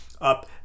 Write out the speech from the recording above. up